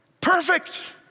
Perfect